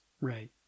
Right